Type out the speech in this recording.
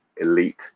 elite